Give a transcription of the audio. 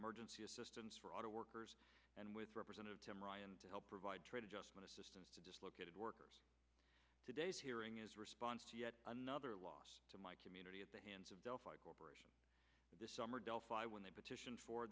emergency assistance for auto workers and with representative tim ryan to help provide trade adjustment assistance to dislocated workers today's hearing is a response yet another loss to my community at the hands of delphi corp this summer delphi when they petitioned for